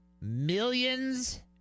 Millions